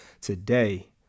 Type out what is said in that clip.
today